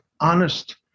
honest